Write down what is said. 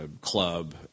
club